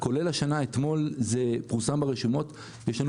כולל השנה זה פורסם אתמול ברשימות יש לנו